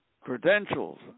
Credentials